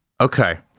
Okay